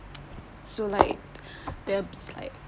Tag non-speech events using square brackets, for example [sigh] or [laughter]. [noise] so like there's like